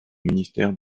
ministère